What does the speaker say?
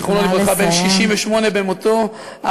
זיכרונו לברכה, בן 68 במותו, נא לסיים.